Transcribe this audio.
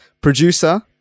producer